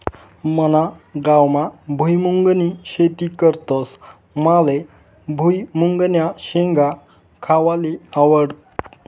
मना गावमा भुईमुंगनी शेती करतस माले भुईमुंगन्या शेंगा खावाले आवडस